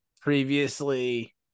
previously